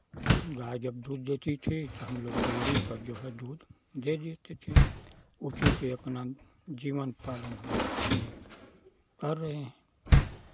गाय जब दूध देती थी तो हमलोग डेयरी पर जो है दूध दे देते थे उसी से अपना जीवन पालन हम अपने कर रहे हैं